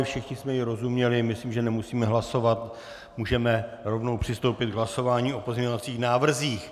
Všichni jsme jí rozuměli, myslím, že nemusíme hlasovat, můžeme rovnou přistoupit k hlasování o pozměňovacích návrzích.